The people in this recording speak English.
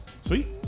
Sweet